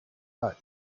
are